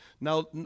Now